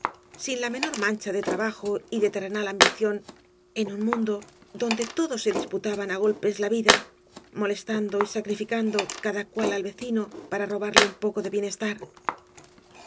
ibáñbz la menor mancha de trabajo y de terrenal ambición en un mundo donde todos ee disputaban á golpes la vida molestando y sacrificando cada cual al vecino para robarle un poco de bienestar